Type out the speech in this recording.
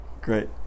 Great